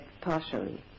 partially